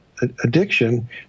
addiction